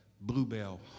bluebell